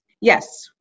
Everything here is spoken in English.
yes